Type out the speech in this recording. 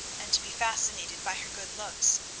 and to be fascinated by her good looks.